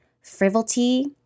frivolity